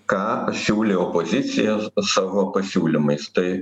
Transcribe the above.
ką siūlė opozicija savo pasiūlymais tai